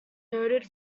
noted